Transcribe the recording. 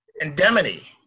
indemnity